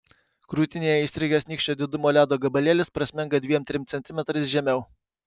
krūtinėje įstrigęs nykščio didumo ledo gabalėlis prasmenga dviem trim centimetrais žemiau